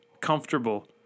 comfortable